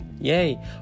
yay